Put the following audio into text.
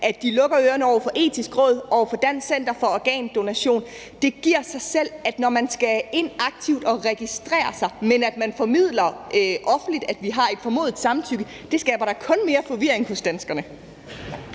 at de lukker ørerne for Det Etiske Råd og for Dansk Center for Organdonation. Det giver sig selv, at når man skal ind aktivt at registrere sig, men det formidles offentligt, at vi har et formodet samtykke, skaber det da kun mere forvirring hos danskerne.